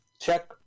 check